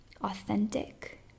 authentic